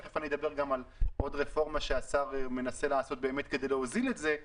תכף אני אדבר על עוד רפורמה שהשר מנסה לעשות כדי להוזיל את זה.